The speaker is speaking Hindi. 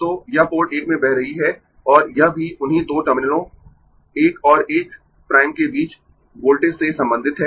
तो यह पोर्ट 1 में बह रही है और यह भी उन्हीं दो टर्मिनलों 1 और 1 प्राइम के बीच वोल्टेज से संबंधित है